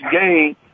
game